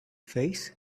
face